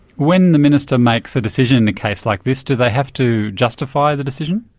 when the minister makes a decision in a case like this, do they have to justify the decision?